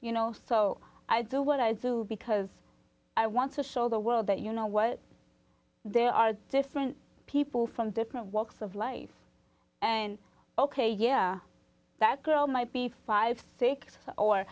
you know so i do what i did so because i want to show the world that you know what there are different people from different walks of life and ok yeah that girl might be fifty six